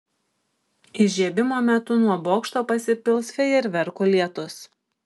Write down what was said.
įžiebimo metu nuo bokšto pasipils fejerverkų lietus